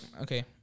okay